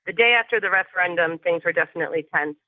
ah day after the referendum, things were definitely tense.